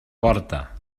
porta